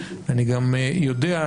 אני גם יודע,